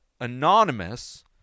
anonymous